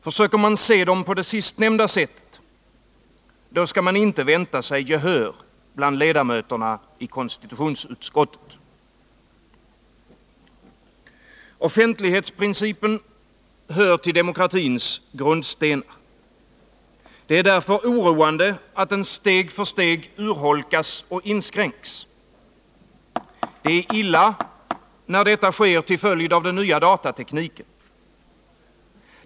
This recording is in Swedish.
Försöker man se dem på det sistnämnda sättet — då skall man inte vänta sig gehör bland ledamöterna i konstitutionsutskottet. Offentlighetsprincipen hör till demokratins grundstenar. Det är därför oroande, att den steg för steg urholkas och inskränks. Det är illa, när detta sker till följd av den nya datatekniken.